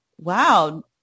wow